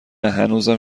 هنوزم